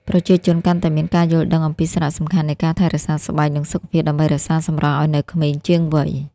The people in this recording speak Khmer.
ប្រជាជនកាន់តែមានការយល់ដឹងអំពីសារៈសំខាន់នៃការថែរក្សាស្បែក និងសុខភាព ដើម្បីរក្សាសម្រស់ឱ្យនៅក្មេងជាងវ័យ។